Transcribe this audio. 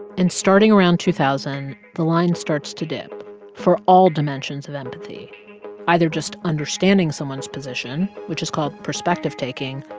and starting around two thousand, the line starts to dip for all dimensions of empathy either just understanding someone's position, which is called perspective taking,